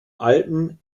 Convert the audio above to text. alpen